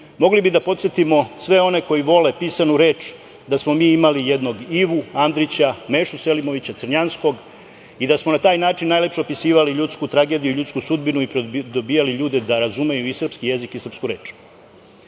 Mogli bi da posetimo sve one koji vole pisanu reč da smo mi imali jednog Ivu Andrića, Mešu Selimovića, Crnjanskog i da smo na taj način najlepše opisivali ljudsku tragediju i ljudsku sudbinu i pridobijali ljude da razumeju i srpski jezik i srpsku reč. Ali,